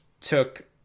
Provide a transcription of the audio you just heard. took